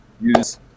use